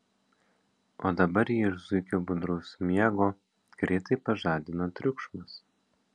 o dabar jį iš zuikio budraus miego greitai pažadino triukšmas